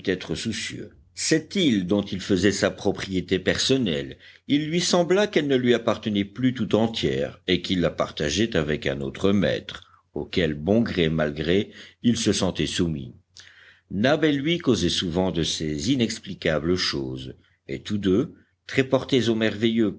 être soucieux cette île dont il faisait sa propriété personnelle il lui sembla qu'elle ne lui appartenait plus tout entière et qu'il la partageait avec un autre maître auquel bon gré mal gré il se sentait soumis nab et lui causaient souvent de ces inexplicables choses et tous deux très portés au merveilleux